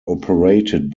operated